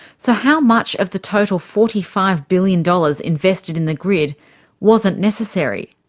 so how much of the total forty five billion dollars invested in the grid wasn't necessary?